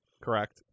Correct